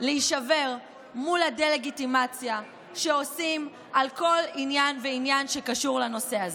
להישבר מול הדה-לגיטימציה שעושים על כל עניין ועניין שקשור לנושא הזה.